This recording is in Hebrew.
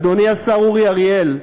אדוני השר אורי אריאל,